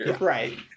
Right